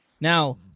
Now